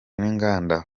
n’inganda